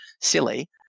silly